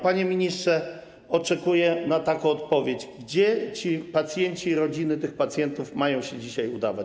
Panie ministrze, oczekuję na taką odpowiedź: Gdzie ci pacjenci i rodziny tych pacjentów mają się dzisiaj udawać?